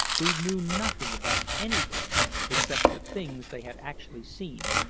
who knew nothing about anything except the things they had actually seen,